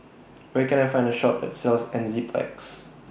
Where Can I Find A Shop that sells Enzyplex